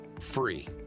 Free